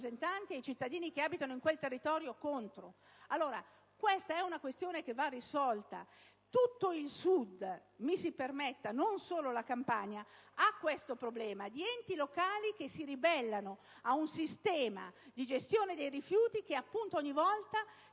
i cittadini che abitano in quel territorio. Questo è un problema che va risolto. Tutto il Sud (mi si permetta), non solo la Campania, ha questo problema: enti locali che si ribellano a un sistema di gestione dei rifiuti che ogni volta viene